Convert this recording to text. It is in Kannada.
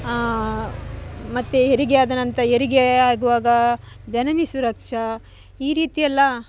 ಮತ್ತು ಹೆರಿಗೆ ಆದ ನಂತರ ಹೆರಿಗೆ ಆಗುವಾಗ ಜನನಿ ಸುರಕ್ಷಾ ಈ ರೀತಿ ಎಲ್ಲ